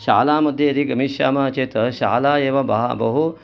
शालामध्ये यदि गमिष्यामः चेत् शाला एव बहु